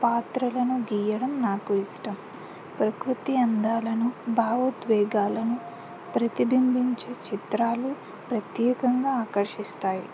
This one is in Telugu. పాత్రలను గీయడం నాకు ఇష్టం ప్రకృతి అందాలను భావోద్వేగాలను ప్రతిబింబించే చిత్రాలు ప్రత్యేకంగా ఆకర్షిస్తాయి